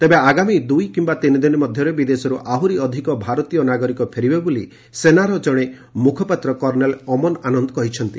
ତେବେ ଆଗାମୀ ଦୁଇ କିୟା ତିନିଦିନ ମଧ୍ୟରେ ବିଦେଶରୁ ଆହୁରି ଅଧିକ ଭାରତୀୟ ନାଗରିକ ଫେରିବେ ବୋଲି ସେନାର ମୁଖପାତ୍ର କର୍ଷ୍ଣେଲ୍ ଅମନ ଆନନ୍ଦ କହିଛନ୍ତି